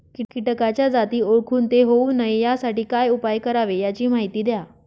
किटकाच्या जाती ओळखून ते होऊ नये यासाठी काय उपाय करावे याची माहिती द्या